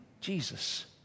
Jesus